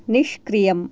निष्क्रियम्